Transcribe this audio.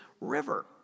river